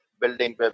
building